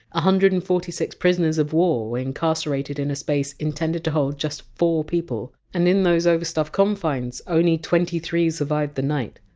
ah hundred and forty six prisoners of war were incarcerated in a space intended to hold just four people, and in those overstuffed confines only twenty three survived the night.